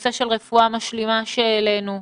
הנושא של רפואה משלימה שהעלינו.